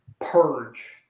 purge